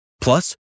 Plus